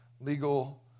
legal